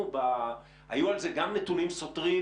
היו על זה גם נתונים סותרים,